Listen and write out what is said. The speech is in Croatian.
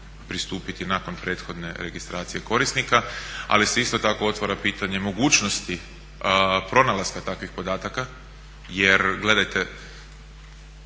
pristupiti nakon prethodne registracije korisnika, ali se isto tako otvara pitanje mogućnosti pronalaska takvih podataka jer gledajte,